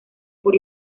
por